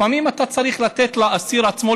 לפעמים אתה צריך לתת לאסיר עצמו,